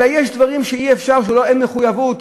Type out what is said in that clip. אלא יש דברים שאי-אפשר, שאין מחויבות,